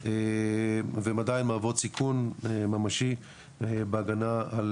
והם עדיין מהוות סיכון ממשי בהגנה על